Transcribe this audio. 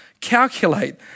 calculate